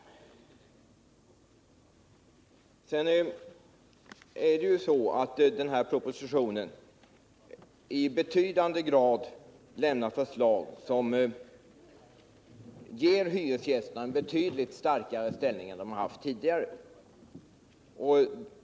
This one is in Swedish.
Vidare är det så att den här propositionen i betydande grad innehåller förslag som ger hyresgästerna väsentligt starkare ställning än de har haft tidigare.